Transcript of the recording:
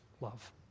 love